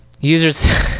Users